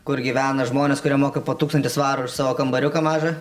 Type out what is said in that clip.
kur gyvena žmonės kurie moka po tūkstantį svarų už savo kambariuką mažą